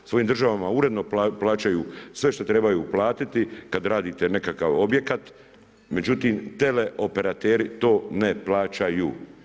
U svojim državama uredno plaćaju sve što trebaju uplatiti, kada radite nekakav objekat, međutim, teleoperateri, to ne plaćaju.